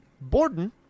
Borden